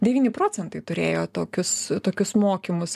devyni procentai turėjo tokius tokius mokymus